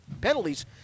penalties